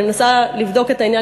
אני מנסה לבדוק את העניין,